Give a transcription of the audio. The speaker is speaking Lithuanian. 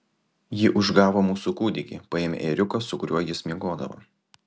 ji užgavo mūsų kūdikį paėmė ėriuką su kuriuo jis miegodavo